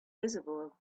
visible